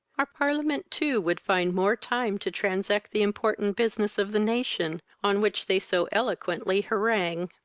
our parliament too would find more time to transact the important business of the nation, on which they so eloquently harangue.